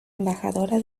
embajadora